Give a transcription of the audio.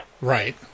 Right